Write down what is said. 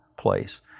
place